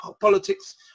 politics